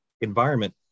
environment